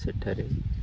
ସେଠାରେ